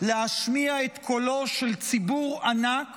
להשמיע את קולו של ציבור ענק